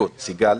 נכון שהכל חשוב,